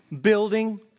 building